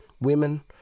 women